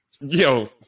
Yo